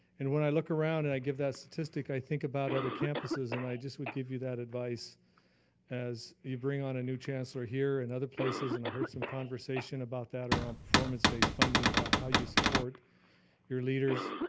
and when i look around, and i give that statistic, i think about other campuses and i just would give you that advise as you bring on a new chancellor here and other places and i heard some conversation about that around performance based funding about how you support your leaders.